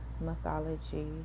mythology